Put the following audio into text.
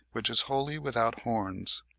which is wholly without horns.